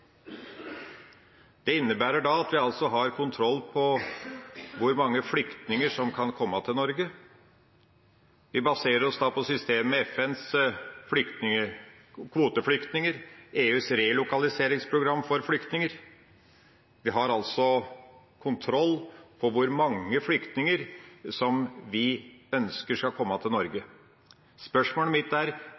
Det innebærer at vi har kontroll på hvor mange flyktninger som kan komme til Norge. Vi baserer oss på FNs kvoteflyktningsystem og EUs relokaliseringsprogram for flyktninger. Vi har altså kontroll på hvor mange flyktninger vi ønsker skal komme til Norge. Spørsmålet mitt er: